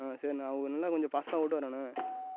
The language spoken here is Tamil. ஆ சரிண்ணே அவர் நல்லா கொஞ்சம் ஃபாஸ்ட்டாக ஓட்டுவாராண்ணே